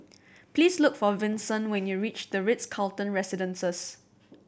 please look for Vinson when you reach The Ritz Carlton Residences